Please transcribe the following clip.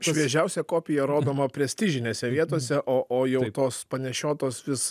šviežiausia kopija rodoma prestižinėse vietose o o jau tos panešiotos vis